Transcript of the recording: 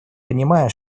понимая